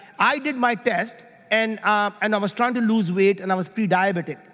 i did my test and um and i was trying to lose weight and i was pre-diabetic,